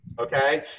okay